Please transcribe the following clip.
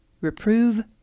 Reprove